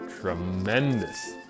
tremendous